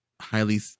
highly